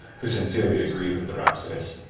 who sincerely agreed with the rhapsodist.